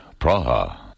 Praha